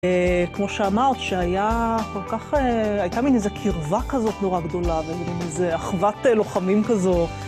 כמו שאמרת שהיה כל כך, הייתה מין איזה קרבה כזאת נורא גדולה, ומין איזה אחוות לוחמים כזו